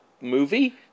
movie